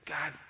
God